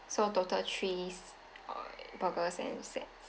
so total three uh burgers and sets